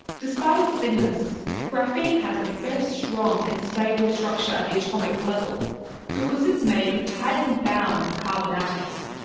despite its thinness, graphene has a very strong and stable structure at the atomic level because it's made of tightly bound carbon atoms.